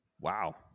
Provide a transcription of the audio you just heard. Wow